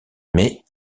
mais